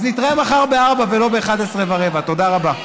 אז נתראה מחר ב-16:00 ולא ב-11:15, תודה רבה.